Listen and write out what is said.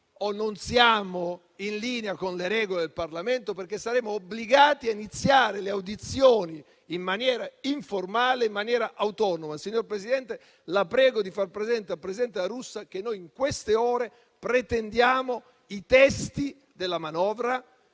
o non siamo in linea con le regole del Parlamento perché saremo obbligati a iniziare le audizioni in maniera informale e autonoma. Signor Presidente, la prego di far presente al presidente La Russa che noi pretendiamo i testi della manovra